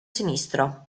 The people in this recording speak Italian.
sinistro